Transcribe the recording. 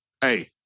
Hey